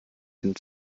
den